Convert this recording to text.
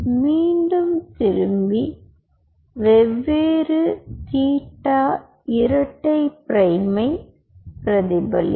மீண்டும் திரும்பி வெவ்வேறு தீட்டா இரட்டை பிரைமை பிரதிபலிக்கும்